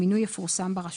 המינוי יפורסם ברשומות.